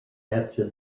after